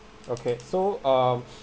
okay so um